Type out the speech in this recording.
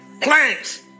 Planks